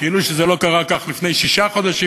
כאילו שזה לא קרה כך לפני שישה חודשים